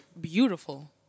beautiful